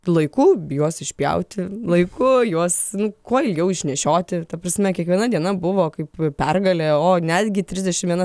laiku juos išpjauti laiku juos nu kuo ilgiau išnešioti ta prasme kiekviena diena buvo kaip pergalė o netgi trisdešim viena